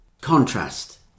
contrast